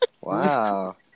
Wow